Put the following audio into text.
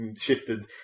shifted